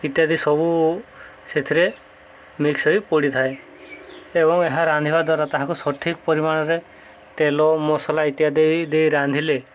ଇତ୍ୟାଦି ସବୁ ସେଥିରେ ମିକ୍ସ ହୋଇ ପଡ଼ିଥାଏ ଏବଂ ଏହା ରାନ୍ଧିବା ଦ୍ୱାରା ତାହାକୁ ସଠିକ୍ ପରିମାଣରେ ତେଲ ମସଲା ଇତ୍ୟାଦି ଦେଇ ରାନ୍ଧିଲେ